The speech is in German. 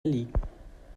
erliegen